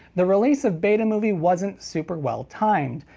the release of betamovie wasn't super well timed.